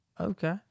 Okay